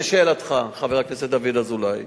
לשאלתך, חבר הכנסת דוד אזולאי,